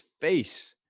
face